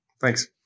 Thanks